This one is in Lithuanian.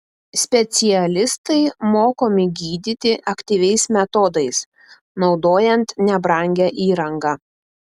specialistai mokomi gydyti aktyviais metodais naudojant nebrangią įrangą